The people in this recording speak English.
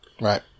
Right